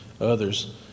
others